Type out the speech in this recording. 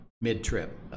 mid-trip